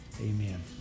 Amen